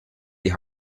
die